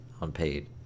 unpaid